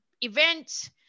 events